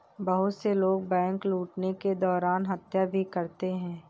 बहुत से लोग बैंक लूटने के दौरान हत्या भी करते हैं